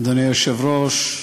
אדוני היושב-ראש,